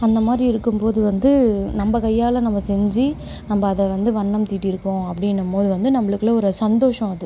அந்தமாதிரி இருக்கும்போது வந்து நம்ம கையால் நம்ம செஞ்சு நம்ம அதை வந்து வண்ணம் தீட்டியிருக்கோம் அப்படீனம்போது வந்து நம்மளுக்குள்ள ஒரு சந்தோஷம் அது